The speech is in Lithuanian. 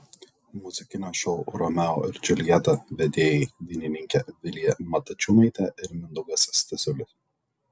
muzikinio šou romeo ir džiuljeta vedėjai dainininkė vilija matačiūnaitė ir mindaugas stasiulis